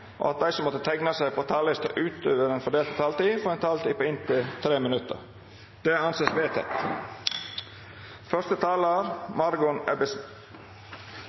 og at de som måtte tegne seg på talerlisten utover den fordelte taletid, får en taletid på inntil 3 minutter. – Det anses vedtatt.